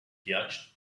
yacht